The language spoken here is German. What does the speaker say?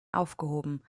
aufgehoben